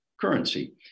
currency